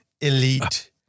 elite